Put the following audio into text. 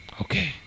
Okay